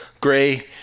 gray